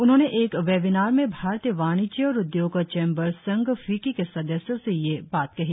उन्होंने एक वैबिनार में भारतीय वाणिज्य और उद्योग चैंबर्स संघ फिक्की के सदस्यों से यह बात कही